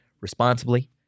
responsibly